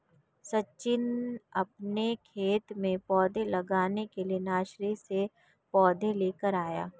सचिन अपने खेत में पौधे लगाने के लिए नर्सरी से पौधे लेकर आया